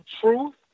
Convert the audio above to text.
Truth